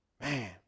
Man